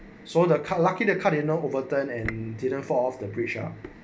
so the car lucky to car you overturn and didn't fall off the bridge ah